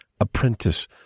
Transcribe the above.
Apprentice